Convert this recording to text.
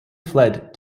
fled